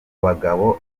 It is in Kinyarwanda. bagabo